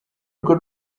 urwo